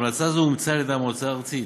המלצה זו אומצה על-ידי המועצה הארצית.